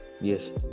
Yes